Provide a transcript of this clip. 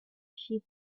she